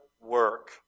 work